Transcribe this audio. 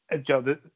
Joe